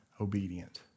obedient